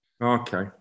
Okay